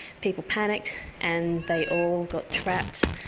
people panicked and they all got trapped.